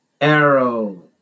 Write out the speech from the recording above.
Arrow